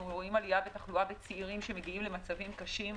רואים עלייה בתחלואה בצעירים שמגיעים למצבים קשים.